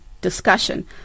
discussion